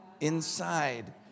inside